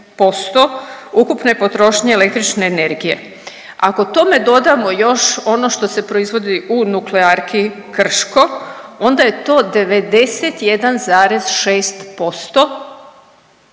ukupne potrošnje električne energije. Ako tome dodamo još ono što se proizvodi u nuklearki Krško, onda je to 91,6%